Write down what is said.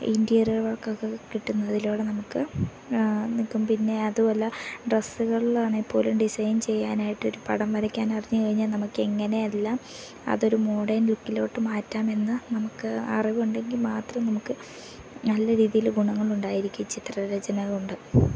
interior വർകൊക്കെ കിട്ടുന്നതിലൂടെ നമുക്ക് നിൽക്കും പിന്നെ അതുമല്ല ഡ്രസ്സുകൾ ആണെങ്കിൽ പോലും ഡിസൈൻ ചെയ്യാനായിട്ട് ഒരു പടം വരയ്ക്കാൻ അറിഞ്ഞു കഴിഞ്ഞാൽ നമുക്ക് അങ്ങനെയെല്ലാം അതൊരു മോഡേൺ ലുക്കിലോട്ട് മാറ്റമെന്ന് നമക്ക് അറിവുണ്ടെങ്കിൽ മാത്രം നമുക്ക് നല്ല രീതിയിൽ ഗുണങ്ങൾ ഉണ്ടായിരിക്കും ഈ ചിത്രരചന കൊണ്ട്